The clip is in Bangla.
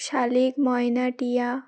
শালিক ময়না টিয়া